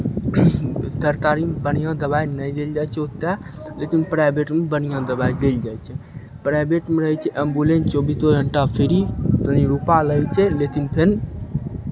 थरतारीमे बढ़िआँ दबाइ नहि देल जाइ छै ओतेक लेकिन प्राइवेटमे बढ़िआँ दबाइ देल जाइ छै प्राइवेटमे रहै छै एम्बुलेन्थ चौबीसो घण्टा फ्री कहीँ रुपैआ लै छै लेतिन फेन